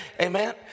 Amen